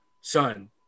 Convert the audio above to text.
Son